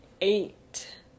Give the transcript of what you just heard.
eight